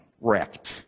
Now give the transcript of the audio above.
wrecked